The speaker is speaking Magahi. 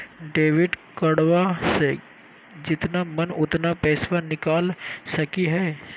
डेबिट कार्डबा से जितना मन उतना पेसबा निकाल सकी हय?